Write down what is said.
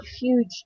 huge